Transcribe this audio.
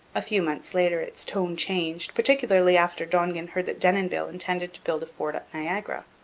a few months later its tone changed, particularly after dongan heard that denonville intended to build a fort at niagara.